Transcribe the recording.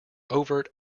overt